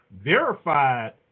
verified